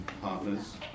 Partners